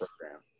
program